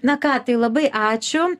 na ką tai labai ačiū